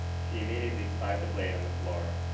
she immediately spotted the blade on the floor.